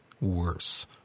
worse